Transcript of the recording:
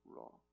wrong